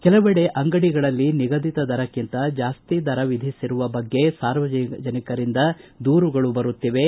ಕೆಲವೆಡೆ ಅಂಗಡಿಗಳಲ್ಲಿ ನಿಗದಿತ ದರಕ್ಕಿಂತ ಜಾಸ್ತಿ ದರ ವಿಧಿಸಿರುವ ಬಗ್ಗೆ ಸಾರ್ವಜನಿಕರ ದೂರುಗಳು ಬರುತ್ತಿವೆ